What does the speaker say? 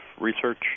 research